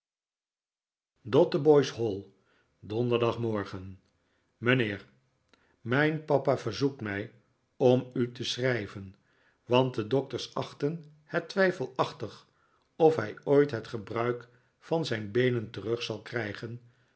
dotheboys hall donderdagmorgen mijnheer mijn papa verzoekt mij om u te schrijven want de dokters achten het twijfelachtig of hij ooit het gebruik van zijn beenen terug zal krijgen